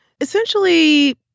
Essentially